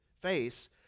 face